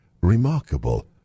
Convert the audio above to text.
remarkable